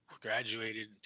Graduated